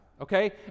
okay